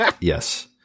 Yes